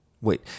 Wait